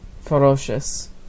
ferocious